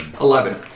Eleven